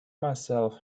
myself